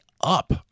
up